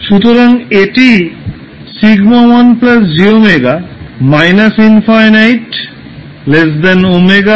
সুতরাং এটি σ1 jω −∞ ω ∞